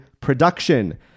production